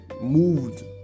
moved